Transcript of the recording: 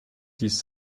dies